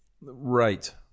Right